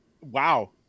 wow